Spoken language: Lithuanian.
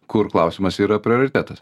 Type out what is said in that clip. kur klausimas yra prioritetas